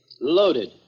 Loaded